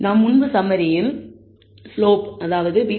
நாம் முன்பு சம்மரியில் ஸ்லோப் β̂13